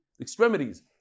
extremities